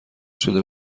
شده